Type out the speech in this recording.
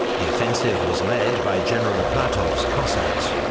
the offensive was led by general platov's cossacks,